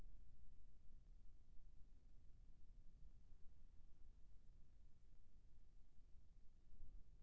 Credit card ला बनवाए बर कोई योग्यता लगही या एक आम दिखाही घलो क्रेडिट कारड बनवा सका थे?